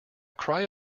cry